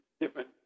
Different